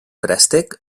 préstec